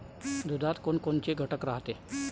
दुधात कोनकोनचे घटक रायते?